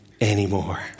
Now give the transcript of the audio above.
anymore